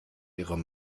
ihre